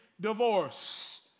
divorce